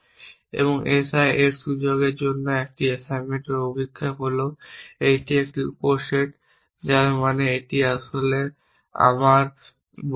এবং S i এর এই সুযোগের উপর এই অ্যাসাইনমেন্টের অভিক্ষেপ হল এটির একটি উপসেট যার মানে এটি যা আসলে আমার বলা উচিত